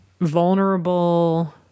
vulnerable